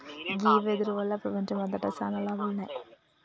గీ వెదురు వల్ల ప్రపంచంమంతట సాన లాభాలున్నాయి